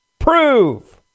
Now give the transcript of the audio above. Prove